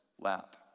lap